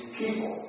people